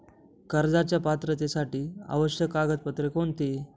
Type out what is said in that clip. कर्जाच्या पात्रतेसाठी आवश्यक कागदपत्रे कोणती?